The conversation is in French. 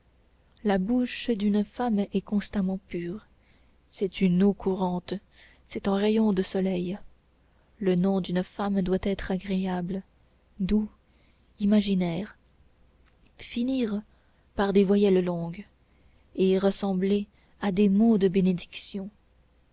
la bouche d'une femme est constamment pure c'est une eau courante c'est un rayon de soleil le nom d'une femme doit être agréable doux imaginaire finir par des voyelles longues et ressembler à des mots de bénédiction